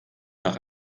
nach